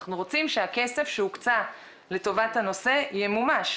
אנחנו רוצים שהכסף שהוקצה לטובת הנושא ימומש,